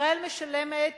ישראל משלמת